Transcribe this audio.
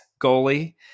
goalie